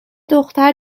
دختر